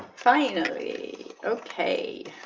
finally okay.